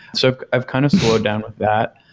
so i've kind of slowed down with that.